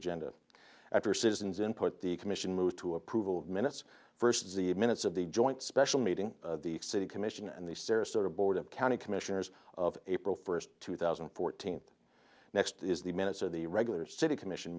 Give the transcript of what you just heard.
agenda after citizens and put the commission moved to approval of minutes versus the minutes of the joint special meeting of the city commission and the sarasota board of county commissioners of april first two thousand and fourteen next is the minutes of the regular city commission